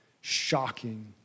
shocking